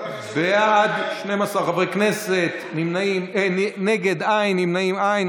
בעד, 12 חברי כנסת, נגד, אין, נמנעים, אין.